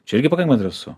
čia irgi pakankamai drąsu